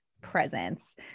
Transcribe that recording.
Presence